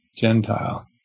Gentile